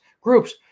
groups